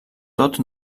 tot